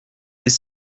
des